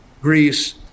Greece